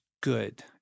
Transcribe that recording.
good